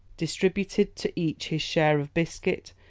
distributed to each his share of biscuit,